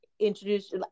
introduce